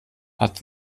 hat